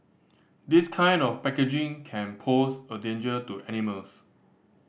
this kind of packaging can pose a danger to animals